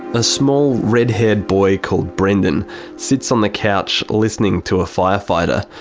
a small red-haired boy called brendan sits on the couch listening to a firefighter.